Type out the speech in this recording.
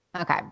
Okay